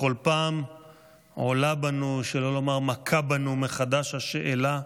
בכל פעם מחדש עולה בנו, שלא לומר מכה בנו, השאלה: